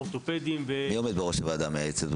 אורתופדים --- מי עומד בראש הוועדה המייעצת?